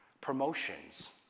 promotions